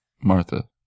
Martha